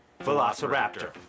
Velociraptor